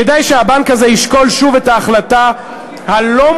כדאי שהבנק הזה ישקול שוב את ההחלטה הלא-מוסרית,